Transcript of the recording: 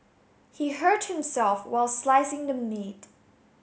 he hurt himself while slicing the meat